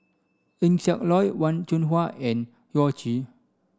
Eng Siak Loy Wen Jinhua and Yao Zi